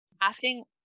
Asking